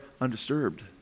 undisturbed